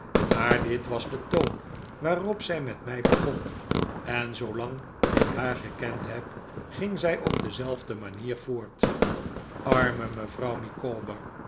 maar dit was de toon waarop zij met mij begon en zoolang ik haar gekend heb ging zij op dezelfde manier voort arme mevrouw